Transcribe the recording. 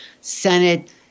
Senate